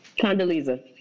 Condoleezza